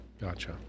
Gotcha